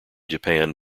japan